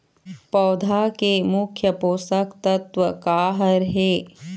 पौधा के मुख्य पोषकतत्व का हर हे?